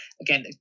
Again